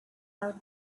out